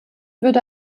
würde